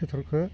फथ'रखौ